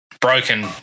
broken